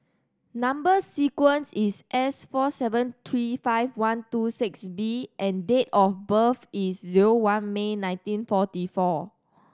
number sequence is S four seven three five one two six B and date of birth is zero one May nineteen forty four